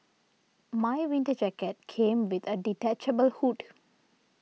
my winter jacket came with a detachable hood